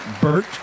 Bert